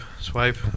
swipe